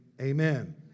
amen